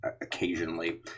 occasionally